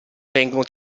vengono